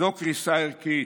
זו קריסה ערכית.